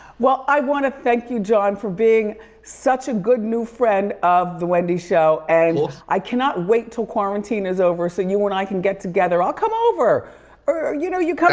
well, i wanna thank you john for being such a good new friend of the wendy show and i cannot wait til quarantine is over so and you and i can get together. i'll come over or you know you come